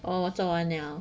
oh 我做完了